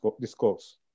discourse